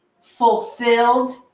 fulfilled